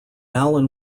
allen